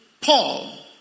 Paul